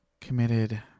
committed